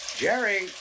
jerry